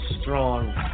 strong